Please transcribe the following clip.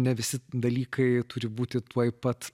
ne visi dalykai turi būti tuoj pat